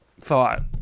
thought